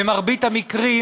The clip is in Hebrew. במרבית המקרים